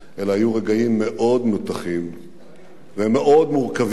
אלה היו רגעים מאוד מתוחים ומאוד מורכבים,